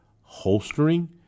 holstering